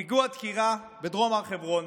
פיגוע דקירה בדרום הר חברון,